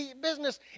business